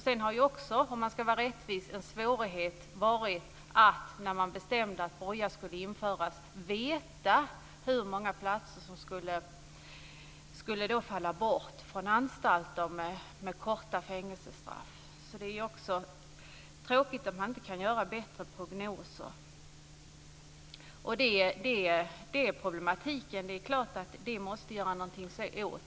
Sedan har ju också, om man ska vara rättvis, en svårighet varit att, när man bestämde att fotboja skulle införas, veta hur många platser som skulle falla bort från anstalter som har intagna som dömts till korta fängelsestraff. Det är tråkigt att det inte går att göra bättre prognoser. Det är en problematik som man måste göra någonting åt.